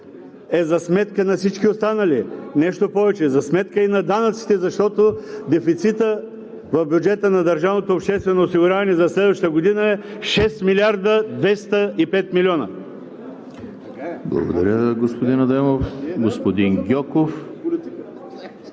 е за сметка на всички останали. Нещо повече, за сметка и на данъците, защото дефицитът в бюджета на държавното обществено осигуряване за следващата година е 6 милиарда и 205 милиона. ПРЕДСЕДАТЕЛ ЕМИЛ ХРИСТОВ: Благодаря, господин Адемов. Господин Гьоков.